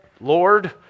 Lord